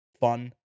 fun